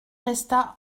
resta